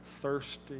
thirsty